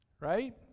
right